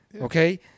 okay